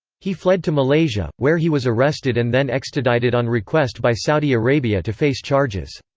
he fled to malaysia, where he was arrested and then extradited on request by saudi arabia to face charges.